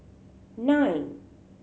nine